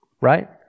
right